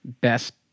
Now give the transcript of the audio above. best